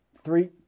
Three